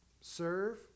serve